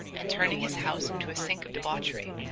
and turning his house into a sink of debauchery,